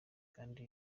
kandi